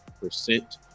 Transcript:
percent